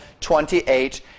28